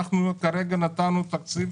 אנחנו כרגע נתנו תקציב,